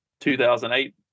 2008